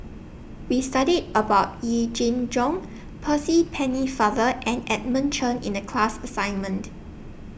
We studied about Yee Jenn Jong Percy Pennefather and Edmund Chen in The class assignment